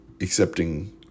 accepting